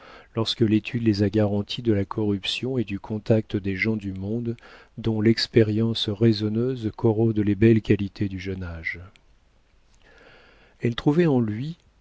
lorsque l'étude les a garantis de la corruption et du contact des gens du monde dont l'expérience raisonneuse corrode les belles qualités du jeune âge elle trouvait en lui